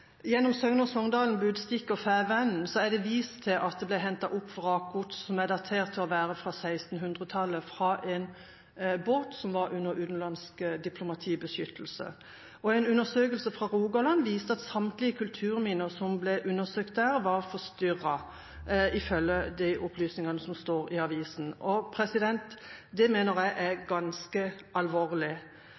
Gjennom Søgne og Songdalen Budstikke og Fædrelandsvennen er det vist til at det ble hentet opp vrakgods som er datert til 1600-tallet fra en båt som var under utenlandsk diplomatibeskyttelse. Og en undersøkelse fra Rogaland viste at samtlige kulturminner som ble undersøkt der, var forstyrret, ifølge de opplysningene som står i avisa. Det mener jeg er ganske alvorlig.